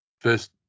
first